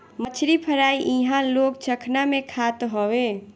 मछरी फ्राई इहां लोग चखना में खात हवे